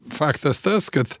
faktas tas kad